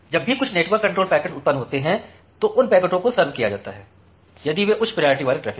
जब भी कुछ नेटवर्क कंट्रोल पैकेट्स उत्पन्न होते हैं तो उन पैकेटों को सर्वड किया जाता है यदि वे उच्च प्रायोरिटी वाले ट्रैफ़िक हैं